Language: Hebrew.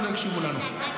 ולא הקשיבו לנו.